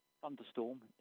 Thunderstorm